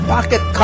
Pocket